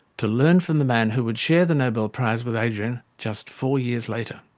to learn from the man who would share the nobel prize with adrian just four years later.